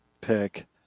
pick